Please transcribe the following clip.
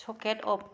socket of